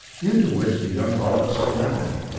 into which the young officer led them.